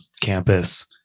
campus